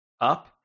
up